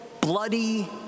bloody